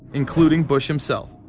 including bush himself.